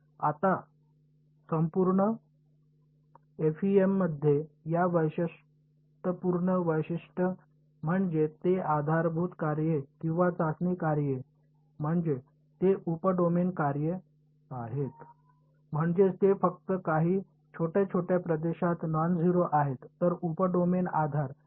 आता संपूर्ण एफईएममध्ये एक वैशिष्ट्यपूर्ण वैशिष्ट्य म्हणजे ते आधारभूत कार्ये किंवा चाचणी कार्य म्हणजे ते उप डोमेन कार्ये आहेत म्हणजेच ते फक्त काही छोट्या छोट्या प्रदेशातच नॉन झेरो आहेत तर उप डोमेन आधार आणि चाचणी कार्ये ठीक आहेत